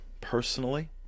personally